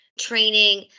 training